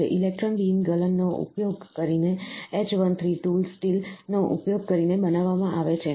જે electron beam ગલનનો ઉપયોગ કરીને H13 ટૂલ સ્ટીલ નો ઉપયોગ કરીને બનાવવામાં આવે છે